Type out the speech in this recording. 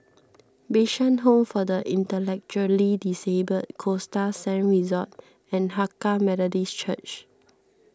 Bishan Home for the Intellectually Disabled Costa Sands Resort and Hakka Methodist Church